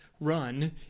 run